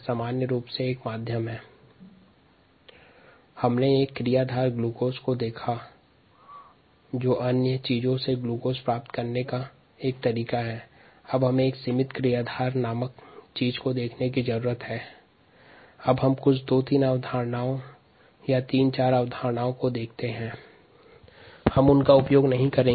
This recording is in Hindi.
क्रियाधार के रूप में ग्लूकोज को देखने के बाद लिमिटिंग सब्सट्रेट या सीमित क्रियाधार पर चर्चा करेंगे